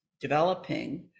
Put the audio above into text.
developing